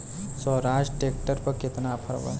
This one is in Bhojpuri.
स्वराज ट्रैक्टर पर केतना ऑफर बा?